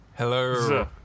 hello